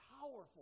powerful